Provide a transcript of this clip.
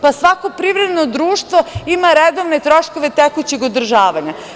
Pa, svako privredno društvo ima redovne troškove tekućeg održavanja.